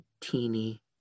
teeny